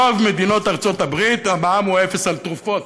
ברוב מדינות ארצות הברית המע"מ הוא אפס על תרופות.